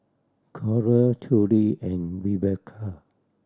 Coral Trudy and Rebekah